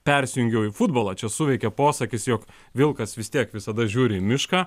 persijungiau į futbolą čia suveikė posakis jog vilkas vis tiek visada žiūri į mišką